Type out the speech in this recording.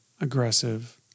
aggressive